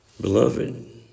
Beloved